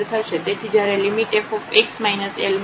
તેથી જ્યારે limit fx L હોય ત્યારે તે 0 તરફ જશે